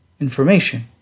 information